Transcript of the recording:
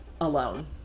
alone